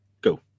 Go